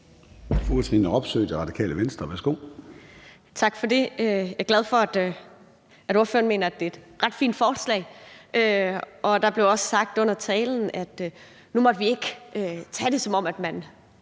Værsgo. Kl. 14:35 Katrine Robsøe (RV): Tak for det. Jeg er glad for, at ordføreren mener, det er et ret fint forslag. Der blev også sagt under talen, at nu måtte vi ikke tage det, som om man